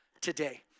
today